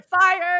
fired